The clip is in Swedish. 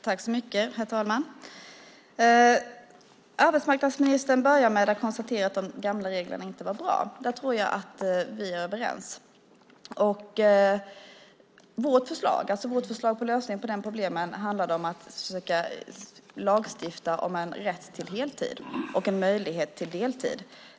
Herr talman! Arbetsmarknadsministern började med att konstatera att de gamla reglerna inte var bra. Där tror jag att vi är överens. Vårt förslag till lösning på detta problem handlade om att försöka lagstifta om en rätt till heltid och en möjlighet till deltid.